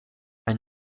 ein